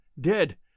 dead